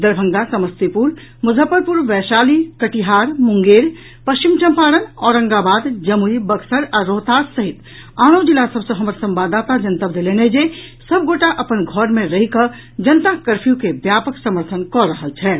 दरभंगा समस्तीपुर मुजफ्फरपुर वैशाली कटिहार मुंगेर पश्चिम चंपारण औरंगाबाद जमुई बक्सर आ रोहतास सहित आनो जिला सभ सँ हमर संवाददाता जनतब देलनि अछि जे सभ गोटा अपन घर मे रहि कऽ जनता कर्फ्यू के व्यापक समर्थन कऽ रहल छथि